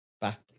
back